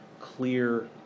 clear